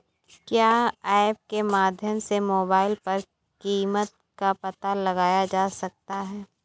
क्या ऐप के माध्यम से मोबाइल पर कीमत का पता लगाया जा सकता है?